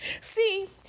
See